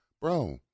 bro